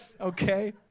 Okay